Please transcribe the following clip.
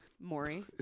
Maury